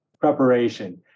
preparation